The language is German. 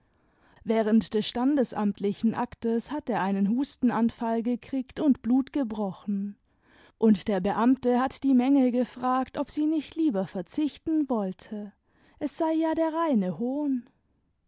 während des standesamtlichen aktes hat er einen hustenanfall gekriegt und blut gebrochen und der beamte hat die menge gefragt ob sie nicht lieber verzichten wollte es sei ja der reine hohn